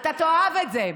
אתה תאהב את זה.